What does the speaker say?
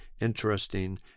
interesting